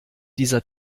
dieser